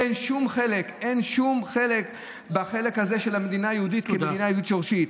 אין לזה שום חלק בחלק הזה של המדינה היהודית כמדינה יהודית שורשית.